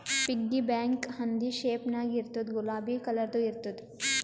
piggy bank ಹಂದಿ shape ನಾಗ್ ಇರ್ತುದ್ ಗುಲಾಬಿ ಕಲರ್ದು ಇರ್ತುದ್